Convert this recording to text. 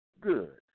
good